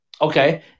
Okay